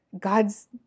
God's